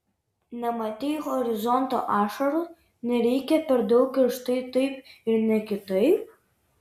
nematei horizonto ašarų nereikia per daug ir štai taip ir ne kitaip